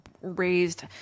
raised